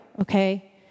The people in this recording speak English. okay